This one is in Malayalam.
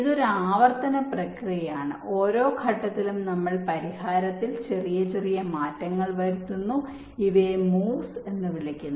ഇതൊരു ആവർത്തന പ്രക്രിയയാണ് ഓരോ ഘട്ടത്തിലും നമ്മൾ പരിഹാരത്തിൽ ചില ചെറിയ മാറ്റങ്ങൾ വരുത്തുന്നു ഇവയെ മൂവ്സ് എന്ന് വിളിക്കുന്നു